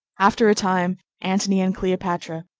after a time, antony and cleopatra,